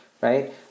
right